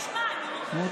בואו נשמע, נו.